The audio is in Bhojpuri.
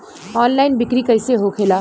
ऑनलाइन बिक्री कैसे होखेला?